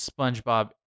SpongeBob